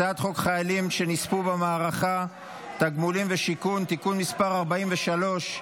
הצעת חוק משפחות חיילים שנספו במערכה (תגמולים ושיקום) (תיקון מס' 43)